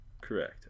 correct